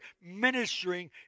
ministering